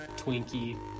Twinkie